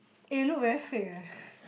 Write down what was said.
eh you look very fake eh